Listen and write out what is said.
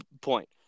point